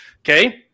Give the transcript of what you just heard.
Okay